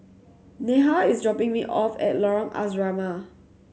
Neha is dropping me off at Lorong Asrama